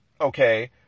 okay